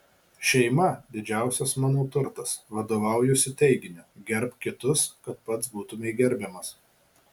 šeima didžiausias mano turtas vadovaujuosi teiginiu gerbk kitus kad pats būtumei gerbiamas